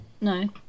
No